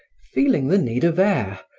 feeling the need of air,